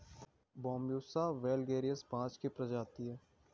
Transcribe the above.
Bambusa vulgaris बाँस की प्रजाति है